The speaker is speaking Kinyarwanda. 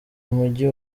mujyi